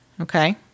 okay